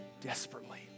desperately